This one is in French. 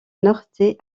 norte